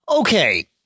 Okay